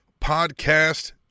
podcast